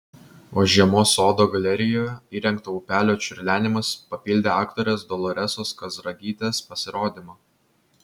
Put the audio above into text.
o žiemos sodo galerijoje įrengto upelio čiurlenimas papildė aktorės doloresos kazragytės pasirodymą